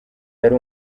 yari